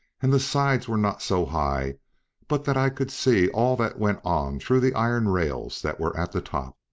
and the sides were not so high but that i could see all that went on through the iron rails that were at the top.